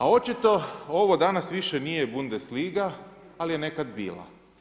A očito ovo danas više nije bundesliga ali je nekada bila.